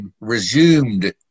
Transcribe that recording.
resumed